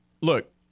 Look